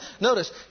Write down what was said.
Notice